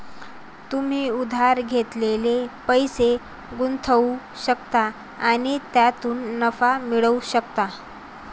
तुम्ही उधार घेतलेले पैसे गुंतवू शकता आणि त्यातून नफा मिळवू शकता